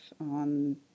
on